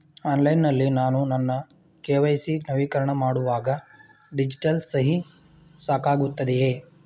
Online ನಲ್ಲಿ ನಾನು ನನ್ನ ಕೆ.ವೈ.ಸಿ ನವೀಕರಣ ಮಾಡುವಾಗ ಡಿಜಿಟಲ್ ಸಹಿ ಸಾಕಾಗುತ್ತದೆಯೇ?